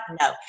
no